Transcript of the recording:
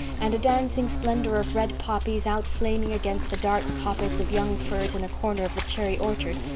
and a dancing slendor of red poppies outflaming against the dark coppice of young firs in a corner of the cherry orchard,